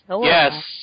Yes